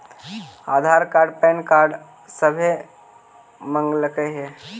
आधार card PAN card सभे मगलके हे?